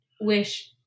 wish